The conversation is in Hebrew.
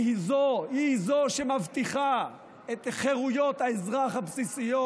היא שמבטיחה את חירויות האזרח הבסיסיות,